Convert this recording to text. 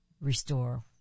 restore